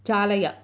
चालय